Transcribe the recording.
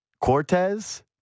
Cortez